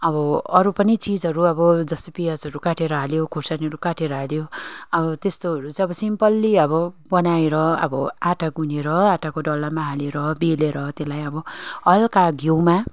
अब अरू पनि चिजहरू अब जस्तै प्याजहरू काटेर हाल्यो खुर्सानीहरू काटेर हाल्यो अब त्यस्तोहरू चाहिँ अब सिम्प्ली अब बनाएर अब आँटा गुनेर आँटाको डल्लामा हालेर बेलेर त्यसलाई अब हल्का घिउमा